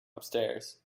upstairs